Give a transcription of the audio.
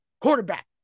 Quarterback